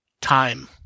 time